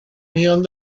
millón